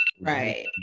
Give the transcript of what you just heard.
Right